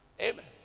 Amen